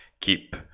keep